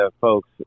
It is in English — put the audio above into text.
folks